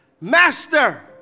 Master